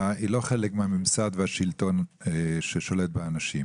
היא לא חלק מהממסד והשלטון ששולט באנשים,